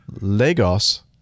Lagos